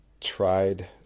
tried